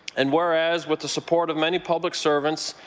and where as with the support of many public servants,